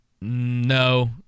No